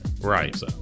right